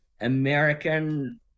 American